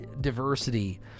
diversity